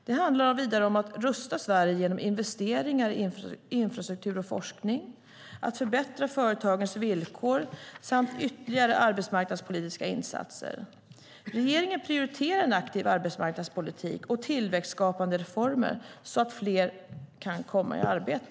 Det handlar vidare om att rusta Sverige genom investeringar i infrastruktur och forskning, att förbättra företagens villkor samt att genomföra ytterligare arbetsmarknadspolitiska insatser. Regeringen prioriterar en aktiv arbetsmarknadspolitik och tillväxtskapande reformer så att fler kan komma i arbete.